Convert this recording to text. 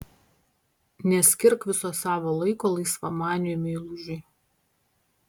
neskirk viso savo laiko laisvamaniui meilužiui